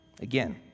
Again